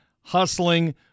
hustling